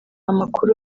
amakuru